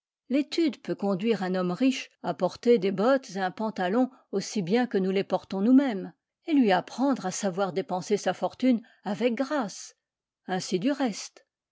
l'étude peut conduire un homme riche à porter des bottes et un pantalon aussi bien que nous les portons nous-mêmes et lui apprendre à savoir dépenser sa fortune avec grâce ainsi du reste